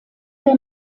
der